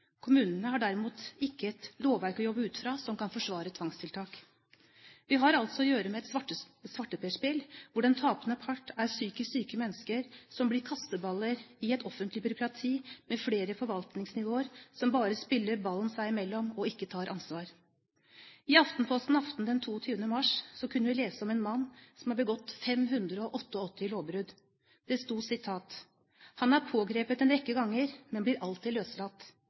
kommunene må ta ansvaret for dem. Kommunene har derimot ikke et lovverk å jobbe ut fra som kan forsvare tvangstiltak. Vi har å gjøre med et svarteperspill, hvor den tapende part er psykisk syke mennesker som blir kasteballer i et offentlig byråkrati med flere forvaltningsnivåer, som bare spiller ballen seg imellom og ikke tar ansvar. I Aften den 22. mars kunne vi lese om en mann som hadde begått 588 lovbrudd. Det sto: «41-åringen er pågrepet en rekke ganger, men blir alltid løslatt